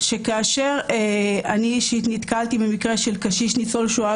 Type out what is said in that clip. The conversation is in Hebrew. שאני אישית נתקלתי במקרה של קשיש ניצול שואה,